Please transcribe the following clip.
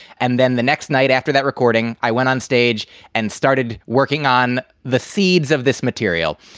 and then the next night after that recording, i went onstage and started working on the seeds of this material.